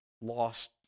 lost